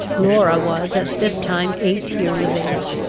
laura was at this time eight years of age.